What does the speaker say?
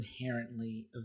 inherently